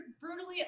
brutally